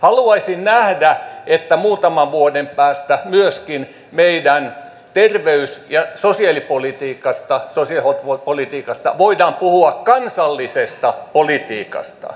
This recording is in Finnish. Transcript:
haluaisin nähdä että muutaman vuoden päästä myöskin meidän terveys ja sosiaalipolitiikasta voidaan puhua kansallisena politiikkana